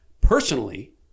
personally